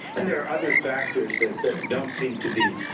and, there are other factors that that don't seem to be